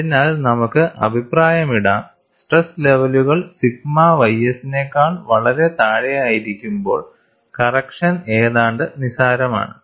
അതിനാൽ നമുക്ക് അഭിപ്രായമിടാം സ്ട്രെസ് ലെവലുകൾ സിഗ്മ ys നെക്കാൾ വളരെ താഴെയായിരിക്കുമ്പോൾ കറക്ക്ഷൻ ഏതാണ്ട് നിസാരമാണ്